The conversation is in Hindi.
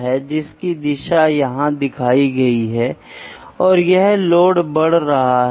इसलिए जिस क्षण आप स्पर्श करते हैं वह सिकुड़ने वाला है जिस क्षण आप खींचेंगे उसका विस्तार होने जा रहा है